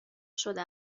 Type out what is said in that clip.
شده